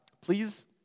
Please